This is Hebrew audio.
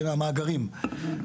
המאגרים,